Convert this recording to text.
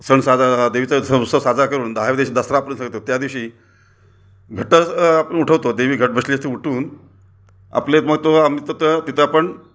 सण साजरा झाला देवीचा उत्झंव उत्सव साजरा करून दहाव दिश दसरा आपला सग करतो त्या दिवशी घट आपण उठवतो देवी घट बसली असते उठून आपले म तो आमचं तर तिथं आपण